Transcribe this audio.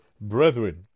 brethren